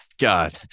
God